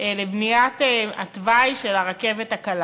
לבניית התוואי של הרכבת הקלה.